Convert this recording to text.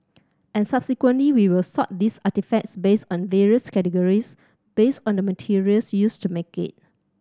and subsequently we will sort these artefacts based on various categories based on the materials used to make it